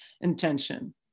intention